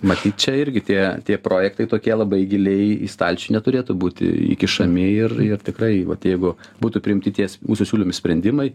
matyt čia irgi tie tie projektai tokie labai giliai į stalčių neturėtų būti įkišami ir ir tikrai vat jeigu būtų priimti ties mūsų siūlomi sprendimai